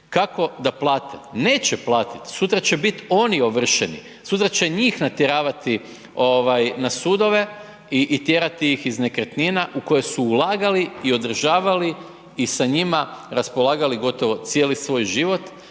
Kako da plate? Neće platit. Sutra će bit oni ovršeni, sutra će njih natjeravati na sudove i tjerati ih iz nekretnina u koje su ulagali i održavali i sa njima raspolagali gotovo cijeli svoj život.